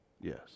Yes